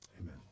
amen